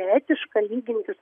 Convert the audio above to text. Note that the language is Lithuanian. etiška lyginti